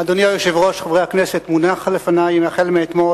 אדוני היושב-ראש, חברי הכנסת, מונחת לפני, מאתמול,